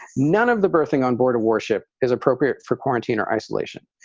none of the berthing on board a warship is appropriate for quarantine or isolation